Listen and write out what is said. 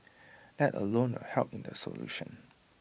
that alone will help in the solution